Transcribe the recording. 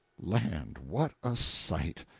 land, what a sight!